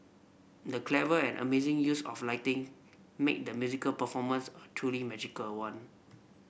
the clever and amazing use of lighting made the musical performance a truly magical one